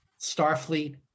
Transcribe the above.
Starfleet